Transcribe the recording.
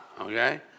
okay